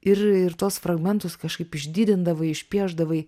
ir ir tuos fragmentus kažkaip išdidindavai išpiešdavai